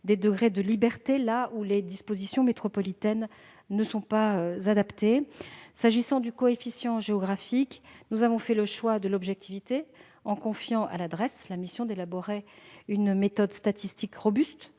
liberté, notamment, là où les dispositions métropolitaines ne paraissent pas adaptées. S'agissant du coefficient géographique, nous avons fait le choix de l'objectivité. Nous avons confié à la Drees la mission d'élaborer une méthode statistique robuste